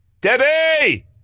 Debbie